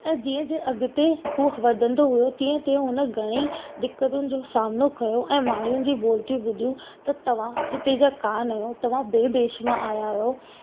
ऐं जीअं जीअं अॻिते उहो वधंदो हुओ तीअं तीअं हुन घणेई दिक़तियुनि जो सामनो कयो ऐं माण्हुनि जी बोलतियूं ॿुधियूं त तव्हां हिते जा कान आयो तव्हां ॿिए देश मां आया आहियो